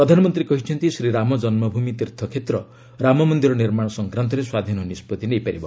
ପ୍ରଧାନମନ୍ତ୍ରୀ କହିଛନ୍ତି ଶ୍ରୀ ରାମ ଜନ୍ମଭୂମି ତୀର୍ଥକ୍ଷେତ୍ର ରାମମନ୍ଦିର ନିର୍ମାଣ ସଂକ୍ରାନ୍ତରେ ସ୍ୱାଧୀନ ନିଷ୍କଭି ନେଇପାରିବ